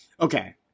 Okay